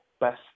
Best